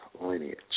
lineage